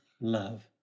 love